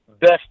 best